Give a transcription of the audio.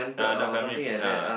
ah not family ah